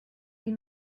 die